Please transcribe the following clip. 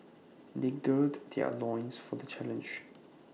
they gird their loins for the challenge